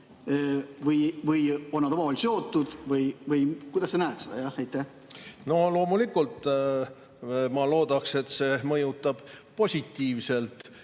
või on need omavahel seotud? Kuidas sa näed seda? No loomulikult ma loodan, et see mõjutab positiivselt,